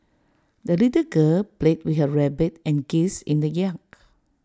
the little girl played with her rabbit and geese in the yard